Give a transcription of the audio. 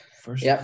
First